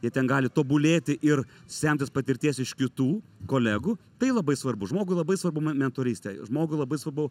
jie ten gali tobulėti ir semtis patirties iš kitų kolegų tai labai svarbu žmogui labai svarbu mentorystė žmogui labai svarbu